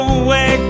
away